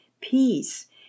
peace